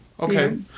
Okay